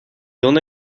ona